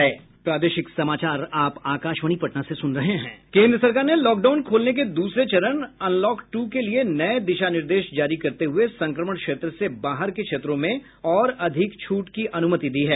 केंद्र सरकार ने लॉकडाउन खोलने के दूसरे चरण अनलॉक दू के लिए नये दिशा निर्देश जारी करते हुए संक्रमण क्षेत्र से बाहर के क्षेत्रों में और अधिक छूट की अनुमति दी है